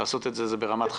לעשות את זה היא ברמת חקיקה.